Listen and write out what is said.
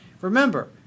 Remember